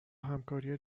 همکاری